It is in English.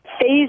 Phase